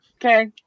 Okay